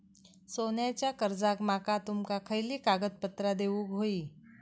सोन्याच्या कर्जाक माका तुमका खयली कागदपत्रा देऊक व्हयी?